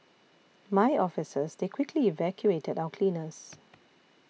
my officers they quickly evacuated our cleaners